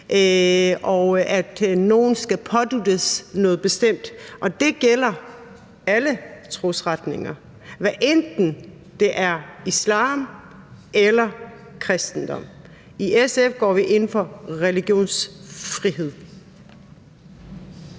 og at nogle skal påduttes noget bestemt, og det gælder alle trosretninger, hvad enten det er islam eller kristendom. I SF går vi ind for religionsfrihed.